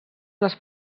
les